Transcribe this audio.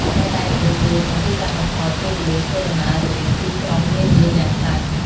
ផ្លូវដែកល្បឿនលឿននឹងជួយកាត់បន្ថយពេលវេលាធ្វើដំណើររវាងទីក្រុងនានាយ៉ាងខ្លាំង។